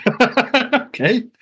okay